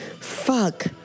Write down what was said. Fuck